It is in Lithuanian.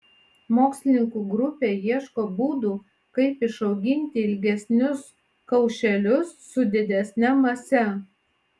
mokslininkų grupė ieško būdų kaip išauginti ilgesnius kaušelius su didesne mase